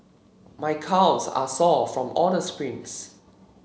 my calves are sore from all the sprints